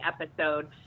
episode